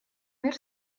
мир